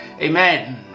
Amen